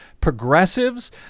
progressives